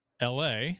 LA